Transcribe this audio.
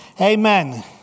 amen